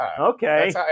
Okay